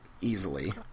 easily